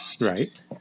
Right